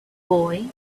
boy